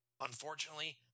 Unfortunately